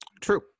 True